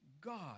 God